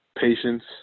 Patience